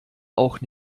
auch